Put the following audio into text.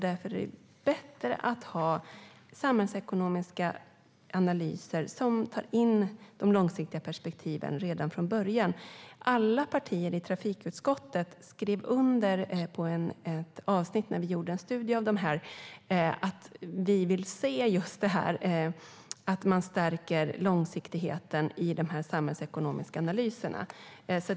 Därför är det bättre att ha samhällsekonomiska analyser som tar in de långsiktiga perspektiven redan från början. Alla partier i trafikutskottet skrev under på ett avsnitt där vi gjorde en studie att vi vill se att långsiktigheten stärks i de samhällsekonomiska analyserna.